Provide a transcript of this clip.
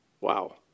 Wow